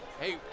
hey